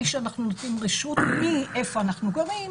שאנחנו נותנים רשות מאיפה אנחנו גרים,